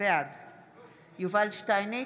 בעד יובל שטייניץ,